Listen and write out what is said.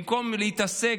במקום להתעסק